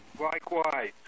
likewise